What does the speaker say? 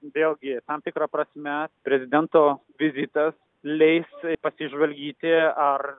vėlgi tam tikra prasme prezidento vizitas leis pasižvalgyti ar